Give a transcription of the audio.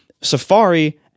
Safari